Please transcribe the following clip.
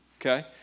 Okay